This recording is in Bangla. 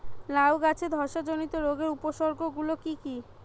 লাউ গাছের ধসা জনিত রোগের উপসর্গ গুলো কি কি?